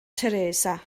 teresa